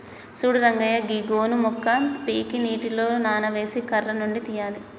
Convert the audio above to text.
సూడు రంగయ్య గీ గోను మొక్క పీకి నీటిలో నానేసి కర్ర నుండి తీయాలి